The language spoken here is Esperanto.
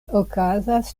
okazas